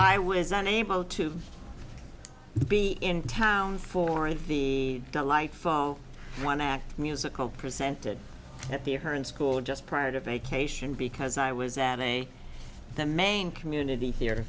i was unable to be in town for and the delightful one act musical presented at their current school just prior to vacation because i was at a the main community theater